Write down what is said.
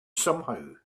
somehow